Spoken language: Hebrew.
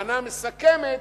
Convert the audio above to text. המנה המסכמת,